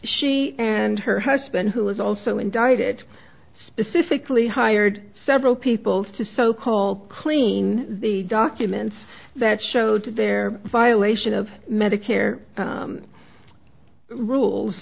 she and her husband who was also indicted specifically hired several people to so called clean the documents that showed their violation of medicare rules